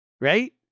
right